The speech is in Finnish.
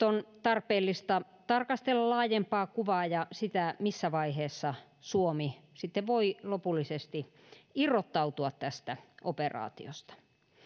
on tarpeellista tarkastella laajempaa kuvaa ja sitä missä vaiheessa suomi voi lopullisesti irrottautua tästä operaatiosta